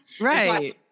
right